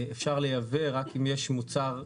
אפשר לייבא רק אם יש מוצר רשמי.